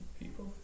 People